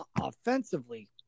offensively